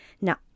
Now